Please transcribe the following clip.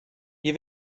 ihr